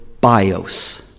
bios